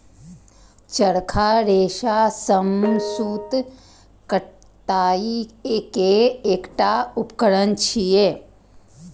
चरखा रेशा सं सूत कताइ के एकटा उपकरण छियै